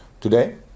today